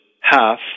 half